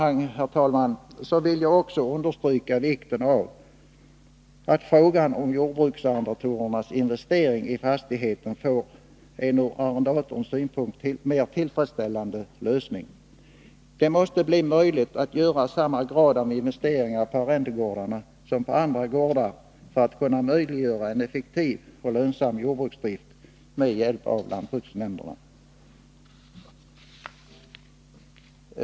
Jag vill i detta sammanhang också understryka vikten av att frågan om jordbruksarrendatorernas investeringar i fastigheten får en ur arrendatorns synpunkt mer tillfredsställande lösning. Det måste bli möjligt att göra samma grad av investeringar på arrendegårdarna som på andra gårdar för att kunna få till stånd en effektiv och lönsam jordbruksdrift med hjälp av lantbruksnämnderna.